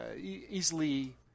easily